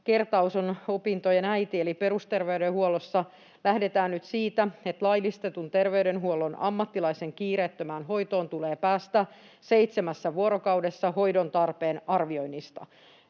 kertaus on opintojen äiti. Eli perusterveydenhuollossa lähdetään nyt siitä, että laillistetun terveydenhuollon ammattilaisen kiireettömään hoitoon tulee päästä seitsemässä vuorokaudessa hoidon tarpeen arvioinnista.